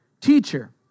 Teacher